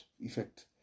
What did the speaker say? effect